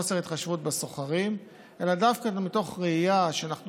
בסוחרים אלא דווקא מתוך ראייה שאנחנו